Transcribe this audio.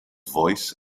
voice